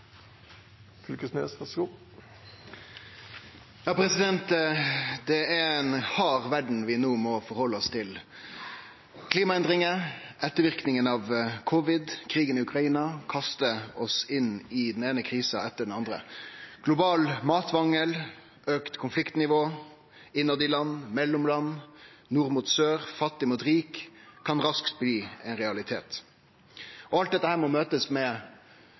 vi no må forhalde oss til. Klimaendringar, etterverknader av covid og krigen i Ukraina kastar oss inn i den eine krisa etter den andre. Global matmangel, auka konfliktnivå i land, mellom land, nord mot sør, fattig mot rik kan raskt bli ein realitet. Alt dette må møtast med